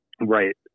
Right